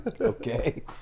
Okay